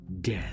Death